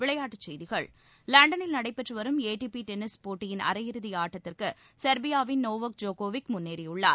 விளையாட்டுச் செய்திகள் லண்டனில் நடைபெற்று வரும் ஏடிபி டென்னிஸ் போட்டியின் அரையிறதி ஆட்டத்திற்கு செர்பியாவின் நோவோக் ஜோக்கோவிச் முன்னேறியுள்ளார்